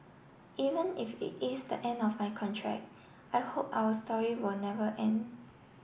even if it is the end of my contract I hope our story will never end